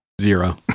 Zero